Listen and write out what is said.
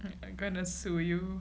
I'm going to sue you